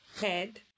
head